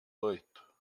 oito